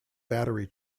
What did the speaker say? battery